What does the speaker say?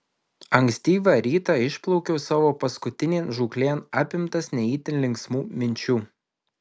ankstyvą rytą išplaukiau savo paskutinėn žūklėn apimtas ne itin linksmų minčių